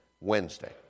Wednesday